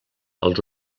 els